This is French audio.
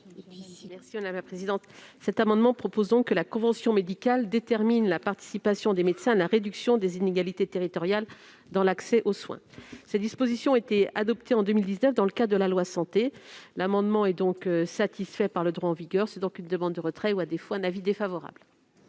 l'avis de la commission ? L'amendement prévoit que la convention médicale détermine la participation des médecins à la réduction des inégalités territoriales dans l'accès aux soins. Ces dispositions ont été adoptées en 2019 dans le cadre de la loi Santé. L'amendement est donc satisfait par le droit en vigueur. C'est donc une demande de retrait, ou, à défaut un avis défavorable.